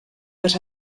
but